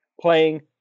playing